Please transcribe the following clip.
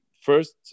first